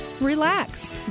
relax